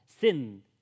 sin